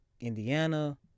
Indiana